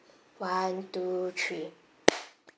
one two three